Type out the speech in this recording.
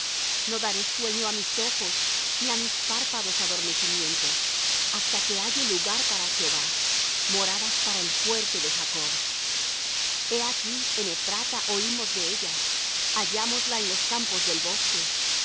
no daré sueño á mis ojos ni á mis párpados adormecimiento hasta que halle lugar para jehová moradas para el fuerte de jacob he aquí en ephrata oímos de ella hallamósla en los campos del bosque